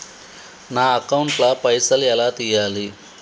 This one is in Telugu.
నా అకౌంట్ ల పైసల్ ఎలా తీయాలి?